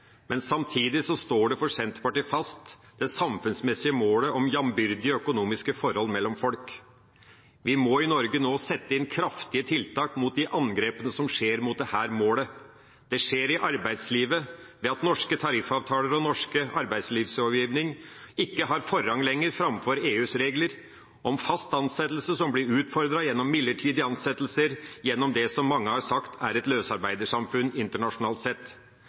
Men for Senterpartiet står samtidig det samfunnsmessige målet om jambyrdige økonomiske forhold mellom folk fast. Vi må i Norge nå sette inn kraftige tiltak mot de angrepene som skjer mot dette målet. Det skjer i arbeidslivet ved at norske tariffavtaler og norsk arbeidslivslovgivning ikke lenger har forrang framfor EUs regler om fast ansettelse, som blir utfordret gjennom midlertidige ansettelser gjennom det som mange har sagt er et løsarbeidersamfunn internasjonalt sett.